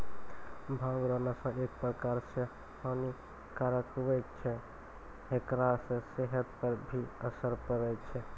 भांग रो नशा एक प्रकार से हानी कारक हुवै छै हेकरा से सेहत पर भी असर पड़ै छै